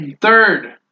Third